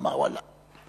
ואמר "ואללה";